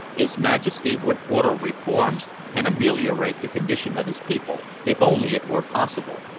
his majesty would order reforms and ameliorate the condition of his people, if only it were possible.